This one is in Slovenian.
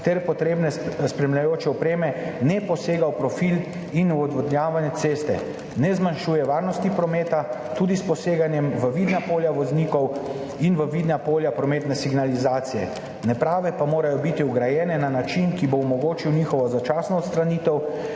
ter potrebne spremljajoče opreme ne posega v profil in v odvodnjavanje ceste, ne zmanjšuje varnosti prometa, tudi s poseganjem v vidna polja voznikov in v vidna polja prometne signalizacije, naprave pa morajo biti vgrajene na način, ki bo omogočil njihovo začasno odstranitev,